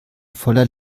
voller